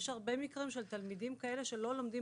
יש הרבה מקרים של תלמידים כאלה שלא לומדים